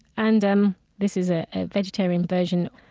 and um this is a vegetarian version.